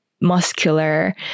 muscular